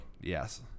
Yes